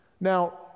Now